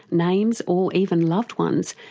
names or even loved ones,